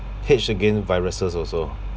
catch again viruses also